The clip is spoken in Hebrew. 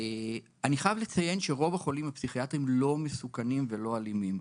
אני חייב לציין שרוב החולים הפסיכיאטריים לא מסוכנים ולא אלימים.